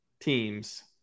teams